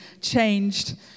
changed